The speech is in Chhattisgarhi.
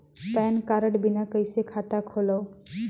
पैन कारड बिना कइसे खाता खोलव?